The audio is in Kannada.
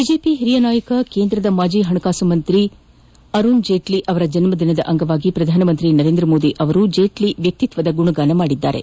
ಬಿಜೆಪಿ ಹಿರಿಯ ನಾಯಕ ಕೇಂದ್ರದ ಮಾಜಿ ಹಣಕಾಸು ಸಚಿವ ಅರುಣ್ ಜೇಟ್ಲಿ ಅವರ ಜನ್ಮದಿನದ ಅಂಗವಾಗಿ ಪ್ರಧಾನಮಂತ್ರಿ ನರೇಂದ್ರ ಮೋದಿ ಅವರು ಜೇಟ್ಲಿ ವ್ಯಕ್ತಿತ್ವ ಗುಣಗಾನ ಮಾದಿದ್ದಾರೆ